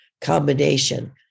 combination